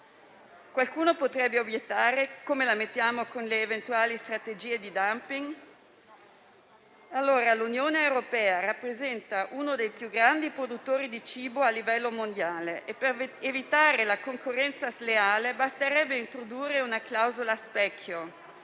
Qualcuno potrebbe obiettare e chiedersi come la mettiamo con le eventuali strategie di *dumping*. L'Unione europea rappresenta uno dei più grandi produttori di cibo a livello mondiale e per evitare la concorrenza sleale basterebbe introdurre una clausola specchio